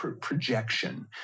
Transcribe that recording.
projection